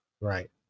Right